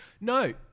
No